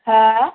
हो